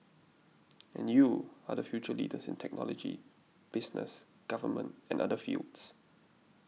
and you are the future leaders in technology business Government and other fields